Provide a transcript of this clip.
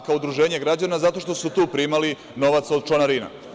Kao udruženje građana, zato što su tu primali novac od članarina.